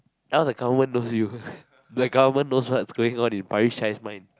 now the government knows you the government knows what's going on in Parish's mind